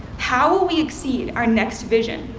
how will we exceed our next vision?